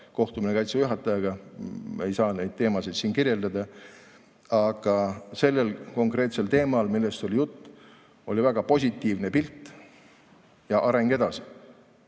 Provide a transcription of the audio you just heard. kohtusime Kaitseväe juhatajaga. Ma ei saa [muid] teemasid siin kirjeldada, aga sellel konkreetsel teemal, millest on jutt, oli väga positiivne pilt ja areng edasi.